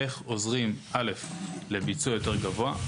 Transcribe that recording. איך עוזרים לביצוע יותר גבוה,